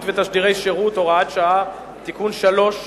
ותשדירי שירות) (הוראת שעה) (תיקון מס' 3),